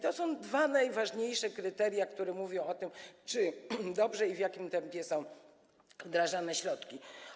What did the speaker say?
To są dwa najważniejsze kryteria, które mówią o tym, czy dobrze i w jakim tempie są wdrażane środki.